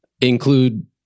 include